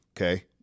Okay